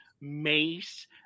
mace